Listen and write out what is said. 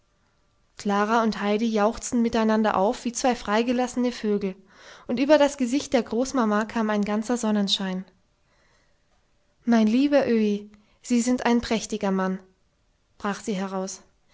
klara und heidi jauchzten miteinander auf wie zwei freigelassene vögel und über das gesicht der großmama kam ein ganzer sonnenschein mein lieber öhi sie sind ein prächtiger mann brach sie aus